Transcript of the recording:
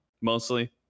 Mostly